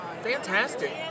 Fantastic